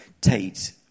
Tate